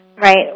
Right